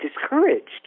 discouraged